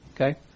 Okay